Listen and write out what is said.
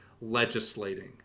legislating